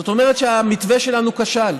זאת אומרת שהמתווה שלנו כשל,